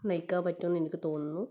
നയിക്കാൻ പറ്റുമെന്ന് എനിക്ക് തോന്നുന്നു